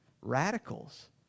radicals